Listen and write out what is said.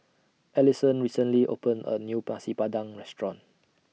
Alison recently opened A New Nasi Padang Restaurant